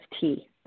tea